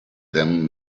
them